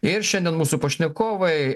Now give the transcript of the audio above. ir šiandien mūsų pašnekovai